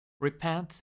Repent